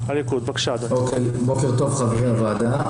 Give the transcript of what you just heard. בוקר טוב לחברי הוועדה,